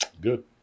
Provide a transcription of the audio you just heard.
Good